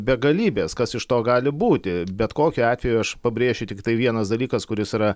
begalybės kas iš to gali būti bet kokiu atveju aš pabrėšiu tiktai vienas dalykas kuris yra